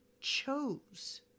chose